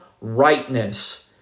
rightness